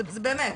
באמת.